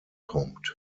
kommt